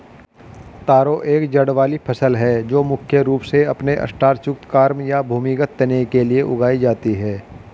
तारो एक जड़ वाली फसल है जो मुख्य रूप से अपने स्टार्च युक्त कॉर्म या भूमिगत तने के लिए उगाई जाती है